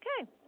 Okay